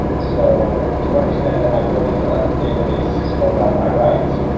so to what extent am i willing to let the database slow down my writes?